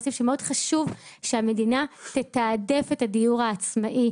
שהמדינה תיתן עדיפות את הדיור העצמאי.